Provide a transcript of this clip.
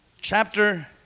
chapter